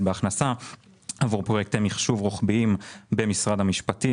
בהכנסה עבור פרויקטי מחשוב רוחביים במשרד המשפטים,